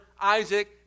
Isaac